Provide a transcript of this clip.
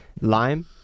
Lime